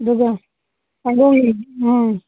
ꯑꯗꯨꯒ ꯁꯪꯒꯣꯝ ꯑꯥ